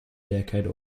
decade